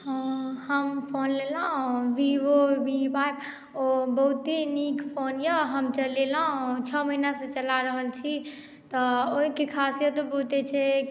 हम फोन लेलहुँ Vivo V five ओ बहुते नीक फोन यए हम चलेलहुँ छओ महीनासँ चला रहल छी तऽ ओहिके खासियत बहुते छै